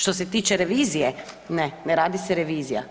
Što se tiče revizije, ne, ne radi se revizija.